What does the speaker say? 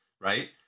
right